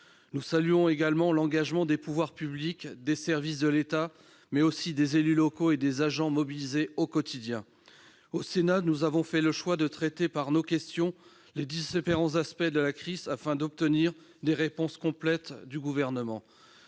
Nous saluons enfin l'engagement des pouvoirs publics, des services de l'État, mais aussi des élus locaux et des agents mobilisés au quotidien. Au Sénat, nous avons fait le choix de traiter au travers de nos questions les différents aspects de la crise, afin d'obtenir les réponses les plus complètes du Gouvernement.